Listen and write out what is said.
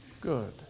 good